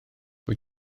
wyt